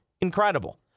incredible